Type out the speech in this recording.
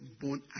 born